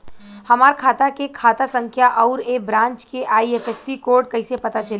हमार खाता के खाता संख्या आउर ए ब्रांच के आई.एफ.एस.सी कोड कैसे पता चली?